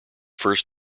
first